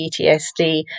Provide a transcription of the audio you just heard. PTSD